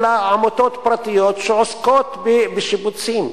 אלא על-ידי עמותות פרטיות שעוסקות בשיבוצים.